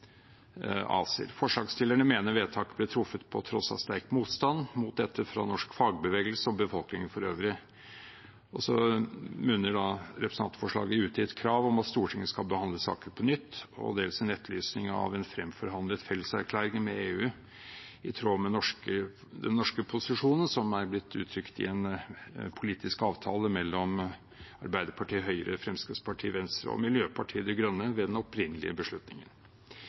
ACER. Forslagsstillerne mener vedtaket ble truffet på tross av sterk motstand mot dette fra norsk fagbevegelse og befolkningen for øvrig. Representantforslaget munner ut i et krav om at Stortinget skal behandle saken på nytt, og dels en etterlysning av en fremforhandlet felleserklæring med EU i tråd med den norske posisjonen, som er blitt uttrykt i en politisk avtale mellom Arbeiderpartiet, Høyre, Fremskrittspartiet, Venstre og Miljøpartiet De Grønne ved den opprinnelige beslutningen.